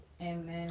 Amen